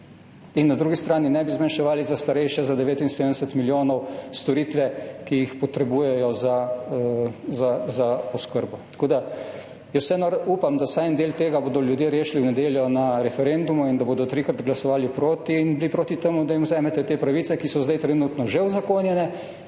In na drugi strani ne bi zmanjševali za starejše za 79 milijonov storitev, ki jih potrebujejo za oskrbo. Vseeno upam, da bodo vsaj en del tega ljudje rešili v nedeljo na referendumu in da bodo trikrat glasovali proti in bodo proti temu, da jim vzamete te pravice, ki so zdaj trenutno že uzakonjene,